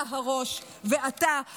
אתה הראש ואתה אשם.